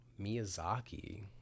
Miyazaki